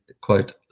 quote